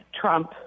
Trump